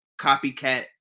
copycat